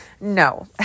No